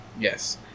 Yes